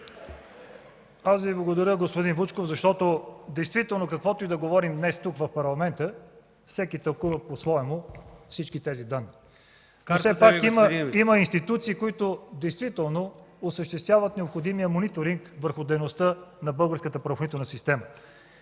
Благодаря Ви, господин Вучков, защото каквото и да говорим днес в Парламента, всеки тълкува по своему всички тези данни. Както казахте, има институции, които действително осъществяват необходимия мониторинг върху дейността на българската правоохранителна система.